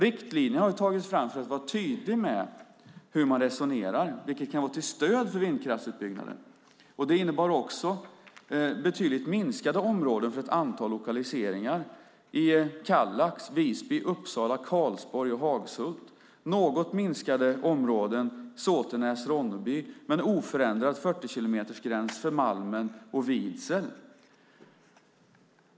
Riktlinjer har tagits fram för att man ska vara tydlig med hur man resonerar, vilket kan vara till stöd för vindkraftsutbyggnaden. Det innebar också betydligt minskade områden för ett antal lokaliseringar, i Kallax, Visby, Uppsala, Karlsborg och Hagshult, något minskade områden för Såtenäs och Ronneby, men en oförändrad 40-kilometersgräns för Malmen och Vidsel.